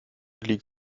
liegt